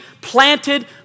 planted